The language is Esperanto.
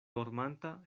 dormanta